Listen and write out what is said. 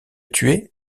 tuer